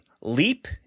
Leap